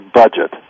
budget